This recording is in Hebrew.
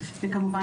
וכמובן,